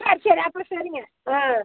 சரி சரி அப்போன்னா சரிங்க ஆ